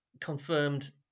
confirmed